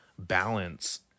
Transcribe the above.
Balance